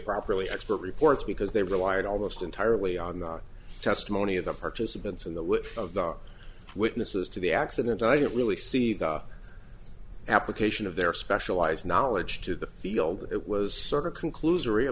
properly expert reports because they relied almost entirely on the testimony of the participants in the lives of the witnesses to the accident i didn't really see the application of their specialized knowledge to the field it was